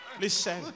Listen